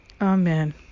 Amen